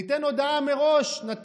ניתן הודעה מראש, נתריע.